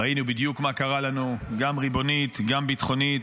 ראינו בדיוק מה קרה לנו, גם ריבונית, גם ביטחונית.